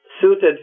suited